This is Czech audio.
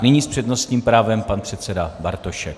Nyní s přednostním právem pan předseda Bartošek.